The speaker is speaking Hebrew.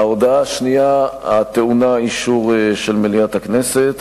ההודעה השנייה הטעונה אישור של מליאת הכנסת,